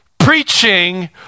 Preaching